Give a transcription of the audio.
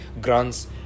grants